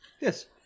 yes